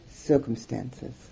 circumstances